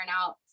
out